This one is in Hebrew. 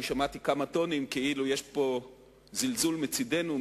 אני שמעתי כמה טונים כאילו יש כאן זלזול מצדנו,